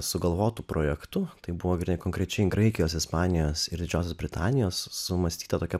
sugalvotu projektu tai buvo konkrečiai graikijos ispanijos ir didžiosios britanijos sumąstyta tokia